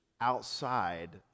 outside